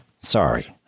sorry